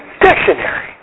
Dictionary